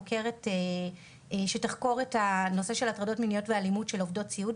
חוקרת שתחקור את הנושא של הטרדות מיניות ואלימות בקרב עובדות הסיעוד.